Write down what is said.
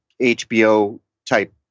HBO-type